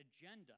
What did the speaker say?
agenda